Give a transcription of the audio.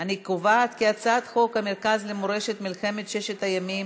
להעביר את הצעת חוק המרכז למורשת מלחמת ששת הימים,